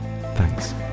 Thanks